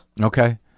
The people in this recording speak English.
Okay